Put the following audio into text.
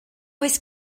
oes